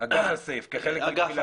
אגף הסייף ואז